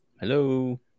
Hello